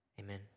Amen